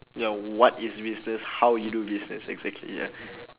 ya what is business how you do business exactly ya